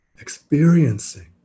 experiencing